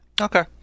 Okay